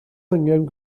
angen